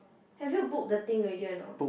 have you book the thing already or not